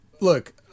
look